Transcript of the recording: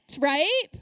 right